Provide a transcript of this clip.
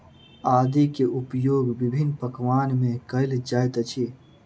आदी के उपयोग विभिन्न पकवान में कएल जाइत अछि